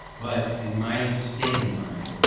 but, in my state of mind,